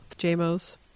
JMOs